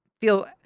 feel –